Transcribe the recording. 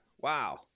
wow